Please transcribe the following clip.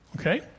Okay